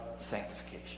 sanctification